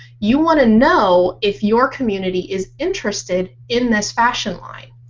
you want to know if your community is interested in this fashion line.